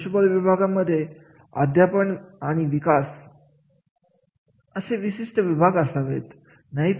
मनुष्यबळ विभागांमध्ये अध्यापन आणि विकास असे विशिष्ट विभागात असावेत